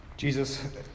Jesus